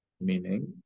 Meaning